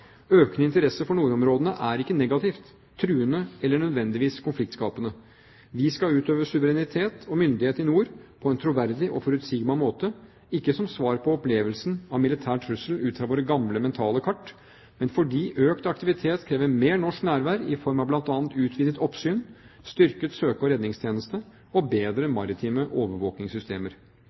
Økende interesse for nordområdene er ikke negativt, truende eller nødvendigvis konfliktskapende. Vi skal utøve suverenitet og myndighet i nord på en troverdig og forutsigbar måte, ikke som svar på opplevelsen av militær trussel ut fra våre gamle mentale kart, men fordi økt aktivitet krever mer norsk nærvær, i form av bl.a. utvidet oppsyn, styrket søke- og redningstjeneste og bedre maritime overvåkingssystemer.